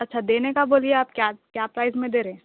اچھا دینے کا بولئے آپ کیا کیا پرائز میں دے رہے